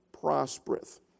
prospereth